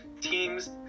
teams